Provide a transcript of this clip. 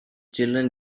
children